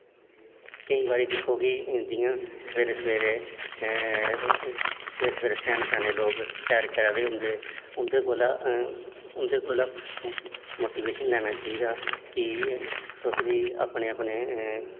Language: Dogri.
केईं बारी दिक्खो कि जियां सवेरे सवेरे सवेरे सवेरे स्याने स्याने लोक सैर करा दे होंदे उन्दे कोला उ'न्दे कोला मोटीवेशन लैना चाहिदा कि तुस बी अपने अपने